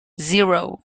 zero